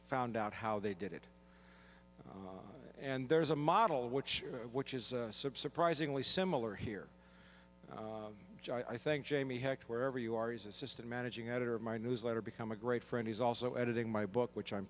found out how they did it and there is a model which which is surprisingly similar here joe i think jamie hecht wherever you are is assistant managing editor of my newsletter become a great friend he's also editing my book which i'm